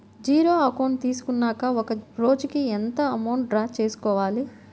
Zero account తీసుకున్నాక ఒక రోజుకి ఎంత అమౌంట్ డ్రా చేసుకోవాలి?